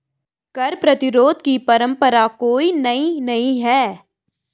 कर प्रतिरोध की परंपरा कोई नई नहीं है